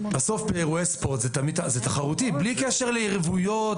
באירועי ספורט זה תמיד תחרותי, בלי קשר ליריבויות.